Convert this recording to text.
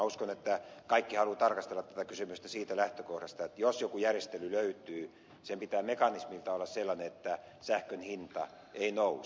uskon että kaikki haluavat tarkastella tätä kysymystä siitä lähtökohdasta että jos joku järjestely löytyy sen pitää mekanismiltaan olla sellainen että sähkönhinta ei nouse